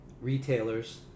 retailers